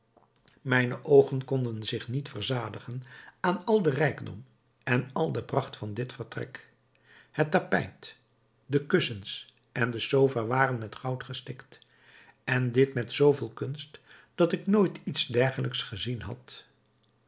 mijne oogen konden zich niet verzadigen aan al den rijkdom en al de pracht van dit vertrek het tapijt de kussens en de sofa waren met goud gestikt en dit met zooveel kunst dat ik nooit iets dergelijks gezien had